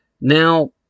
Now